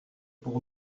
pour